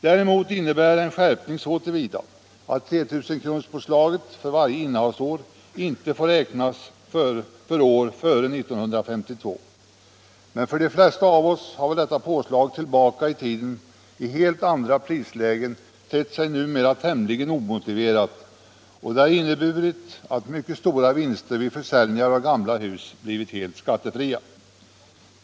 Däremot innebär det en skärpning så till vida att 3 000-kronorspåslaget för varje innehavsår inte får räknas för år före 1952. Men för de flesta av oss har väl detta påslag tillbaka i tiden i helt andra prislägen numera tett sig tämligen omotiverat, och det har inneburit att mycket stora vinster vid försäljning av gamla hus blivit helt skattefria.